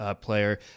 player